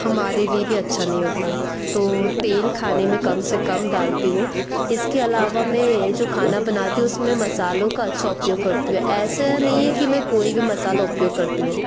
हमारे लिए भी अच्छा नहीं होता तो तेल खाने में कम से कम डालती हूँ इसके अलावा मैं जो खाना बनाती हूँ उसमें मसालों का अच्छा उपयोग करती हूँ ऐसा नहीं है कि मैं कोई भी मसाला उपयोग करती हूँ